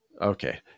Okay